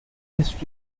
history